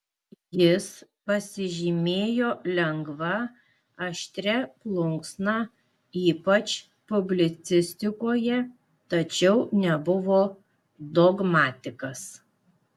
jis pasižymėjo lengva aštria plunksna ypač publicistikoje tačiau nebuvo dogmatikas